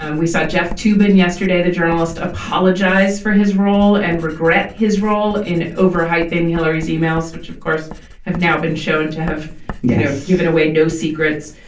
um we saw jeff toobin yesterday the journalist apologized for his role and regret his role in overhyping hillary's e-mails which of course have now been shown to have you know given away no secrets.